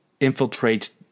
infiltrates